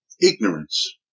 ignorance